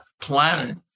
planet